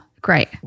great